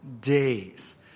days